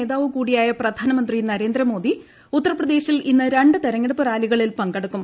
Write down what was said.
നേത്രാവ്വു കൂടിയായ പ്രധാനമന്ത്രി നരേന്ദ്രമോദി ഉത്തർപ്രദേശിൽ ഇന്ന് രണ്ട് തിരഞ്ഞെടുപ്പ് റാലികളിൽ പങ്കെടുക്കും